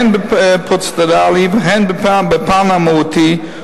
הן בפן הפרוצדורלי והן בפן המהותי,